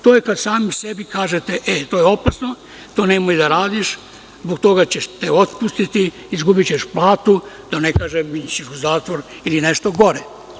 To je kada sami sebi kažete – e, to je opasno, to nemoj da radiš, zbog toga će te otpustiti, izgubićeš platu, da ne kažem ići ćeš u zatvor, ili nešto gore.